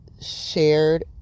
shared